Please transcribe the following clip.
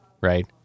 right